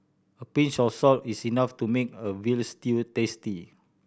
a pinch of salt is enough to make a veal stew tasty